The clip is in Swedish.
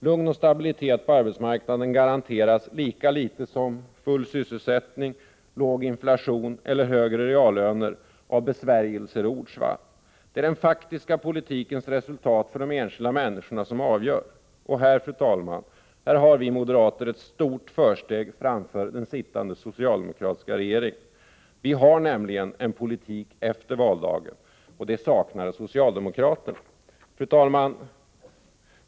Lugn och stabilitet på arbetsmarknaden garanteras lika litet som full sysselsättning, låg inflation eller högre reallöner av besvärjelser och ordsvall. Det är den faktiska politikens resultat för de enskilda människorna som avgör, och här har vi moderater ett stort försteg framför regeringen. Vi har nämligen en politik efter valdagen, men det saknar socialdemokraterna. Fru talman!